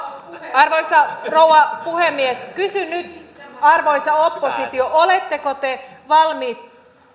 arvoisa rouva puhemies kysyn nyt arvoisa oppositio oletteko te valmiit